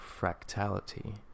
fractality